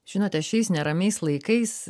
žinote šiais neramiais laikais